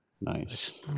Nice